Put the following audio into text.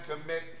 commit